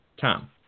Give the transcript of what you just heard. Tom